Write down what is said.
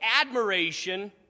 admiration